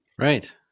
Right